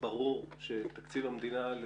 ברור שתקציב המדינה,